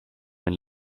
when